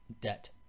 debt